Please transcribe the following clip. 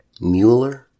Mueller